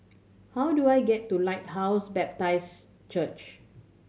how do I get to Lighthouse Baptist Church